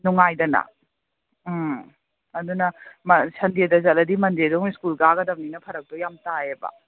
ꯅꯨꯡꯉꯥꯏꯗꯅ ꯎꯝ ꯑꯗꯨꯅ ꯁꯟꯗꯦꯗ ꯆꯠꯂꯗꯤ ꯃꯟꯗꯦꯗꯨꯃꯨꯛ ꯁ꯭ꯀꯨꯜ ꯀꯥꯒꯗꯝꯅꯤꯅ ꯐꯔꯛꯇꯨ ꯌꯥꯝ ꯇꯥꯏꯌꯦꯕ